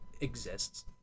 exists